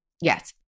Yes